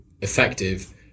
effective